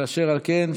אשר על כן,